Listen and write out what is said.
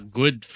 good